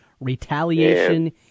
retaliation